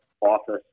office